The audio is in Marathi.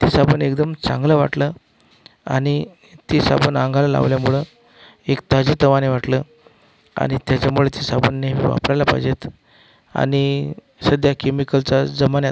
ते साबण एकदम चांगलं वाटलं आणि ते साबण अंगाला लावल्यामुळं एक ताजेतवाने वाटलं आणि त्याच्यामुळे ते साबण नेहमी वापरायला पाहिजेत आणि सध्या केमिकलचा जमान्यात